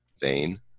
vein